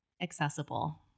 accessible